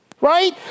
Right